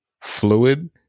fluid